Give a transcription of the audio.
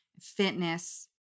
fitness